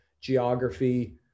geography